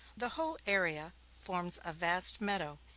the whole area forms a vast meadow,